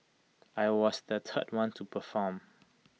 I was the third one to perform